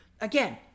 Again